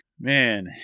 Man